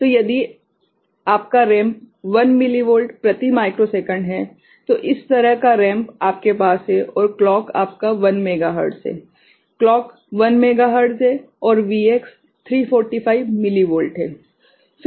तो यदि आपका रैंप 1 मिली वोल्ट प्रति माइक्रो सेकंड है तो इस तरह का रैंप आपके पास है और क्लॉक आपका 1 मेगाहर्ट्ज़ है क्लॉक 1 मेगाहर्ट्ज़ है और Vx 345 मिलीवोल्ट है